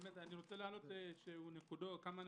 אני רוצה להעלות כמה נקודות.